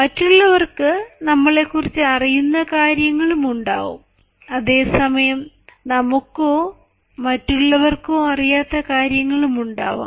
മറ്റുള്ളവർക്ക് നമ്മളെ കുറിച്ച് അറിയുന്ന കാര്യങ്ങൾ ഉണ്ടാവും അതേസമയം നമുക്കോ മറ്റുള്ളവർക്ക് അറിയാത്ത കാര്യങ്ങളും ഉണ്ടാവാം